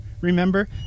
Remember